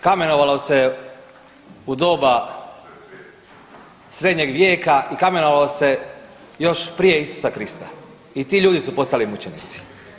Kamenovalo se u doba srednjeg vijeka i kamenovalo se još prije Isusa Krista i ti ljudi su postali mučenici.